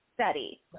Study